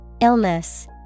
Illness